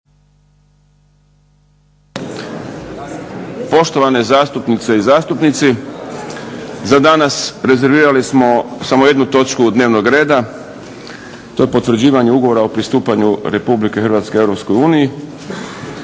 Poštovane zastupnice i zastupnici za danas rezervirali smo samo jednu točku dnevnog reda. To je Potvrđivanje Ugovora o pristupanju Republike Hrvatske